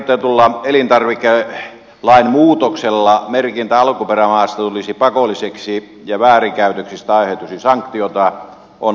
lakialoitteessa ehdotettu elintarvikelain muutos merkintä alkuperämaasta tulisi pakolliseksi ja väärinkäytöksistä aiheutuisi sanktioita on aivan oikein